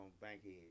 bankhead